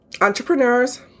entrepreneurs